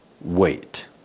wait